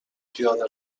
پیاده